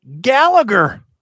Gallagher